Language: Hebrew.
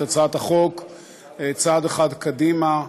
את הצעת החוק צעד אחד קדימה.